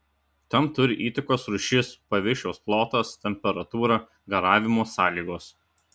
tam turi įtakos rūšis paviršiaus plotas temperatūra garavimo sąlygos